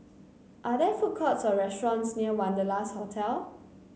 are there food courts or restaurants near Wanderlust Hotel